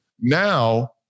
now